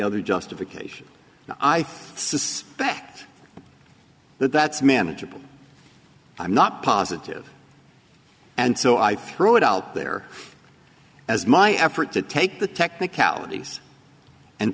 other justification i think suspect that that's manageable i'm not positive and so i threw it out there as my effort to take the technicalities and